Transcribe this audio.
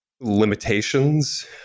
limitations